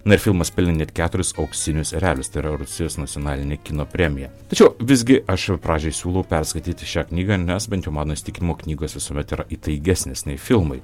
na ir filmas pelnė net keturis auksinius erelius tai yra rusijos nacionalinė kino premija tačiau visgi aš pradžiai siūlau perskaityti šią knygą nes bent jau mano įsitikinimu knygos visuomet yra įtaigesnės nei filmai